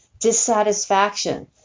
dissatisfaction